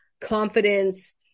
confidence